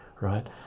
right